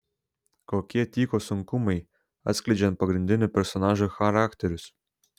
kokie tyko sunkumai atskleidžiant pagrindinių personažų charakterius